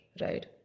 right